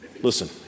listen